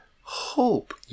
hope